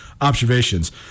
observations